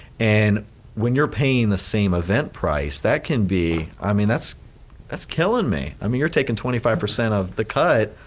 and when you are paying the same event price, that can be, i mean that's that's killing me, i mean, you are taking twenty five percent of the cut,